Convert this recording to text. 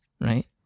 right